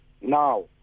now